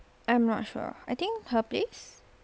I'm not sure I think her place